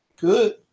Good